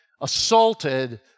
assaulted